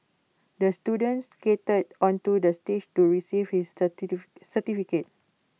the student skated onto the stage to receive his certificate